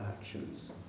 actions